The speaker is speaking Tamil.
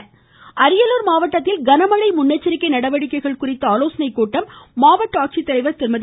அரியலூர் அரியலூர் மாவட்டத்தில் கனமழை முன்னெச்சரிக்கை நடவடிக்கைகள் குறித்த ஆலோசனைக் கூட்டம் மாவட்ட ஆட்சித்தலைவர் திருமதி